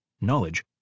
knowledge